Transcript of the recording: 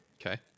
Okay